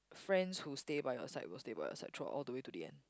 friends who stay by your side will stay by your side throughout all the way to the end